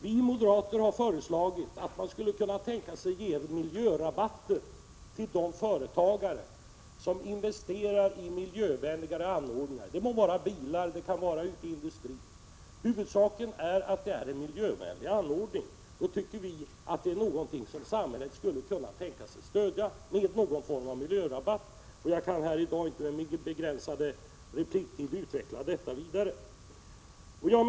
Vi moderater har sagt att man skulle kunna tänka sig att ge miljörabatter till de företagare som investerar i miljövänliga anordningar — det må sedan vara bilar eller anordningar i industrin; huvudsaken är att det är en miljövänlig anordning. Vi tycker att det är någonting som samhället skulle kunna tänka sig att stödja med någon form av miljörabatter. Jag kan inte utveckla detta vidare här i dag på min begränsade repliktid.